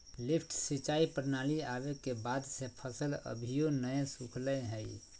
lift सिंचाई प्रणाली आवे के बाद से फसल कभियो नय सुखलय हई